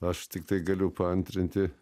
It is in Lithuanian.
aš tiktai galiu paantrinti